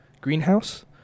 greenhouse